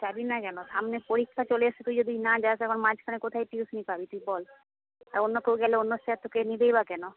যাবি না কেন সামনে পরীক্ষা চলে এসছে তুই যদি না যাস এবার মাঝখানে কোথায় টিউশনি পাবি তুই বল আর অন্য কেউ গেলে অন্য স্যার তোকে নেবেই বা কেন